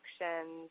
actions